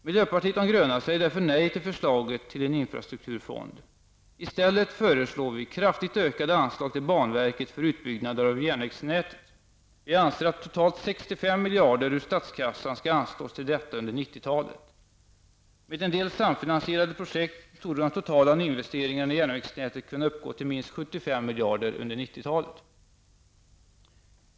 Miljöpartiet de gröna säger därför nej till förslaget om en infrastrukturfond. I stället föreslår vi kraftigt ökade anslag till banverket för utbyggnader av järnvägsnätet. Vi anser att totalt 65 miljarder ur statskassan skall anslås till detta under 1990-talet. Med en del samfinansierade projekt torde de totala nyinvesteringarna i järnvägsnätet kunna uppgå till minst 75 miljarder under 1990-talet.